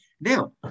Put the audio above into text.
Now